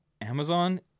Amazon